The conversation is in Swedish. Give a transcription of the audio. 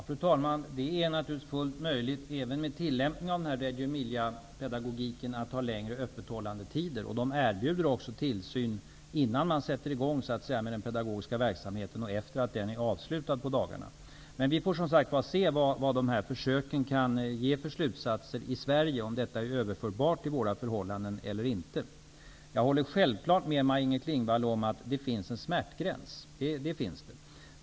Fru talman! Det är naturligtvis fullt möjligt att även med tillämpning av denna pedagogik ha längre öppethållandetider. Man erbjuder också tillsyn innan man sätter i gång med den pedagogiska verksamheten och efter det att den är avslutad på dagarna. Men vi får som sagt se vad dessa försök kan leda till för slutsatser i Sverige, om det är överförbart till våra förhållanden eller inte. Jag håller självklart med Maj-Inger Klingvall om att det finns en smärtgräns.